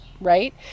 right